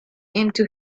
into